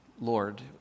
Lord